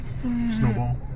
snowball